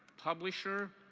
publisher,